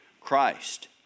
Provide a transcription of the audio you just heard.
Christ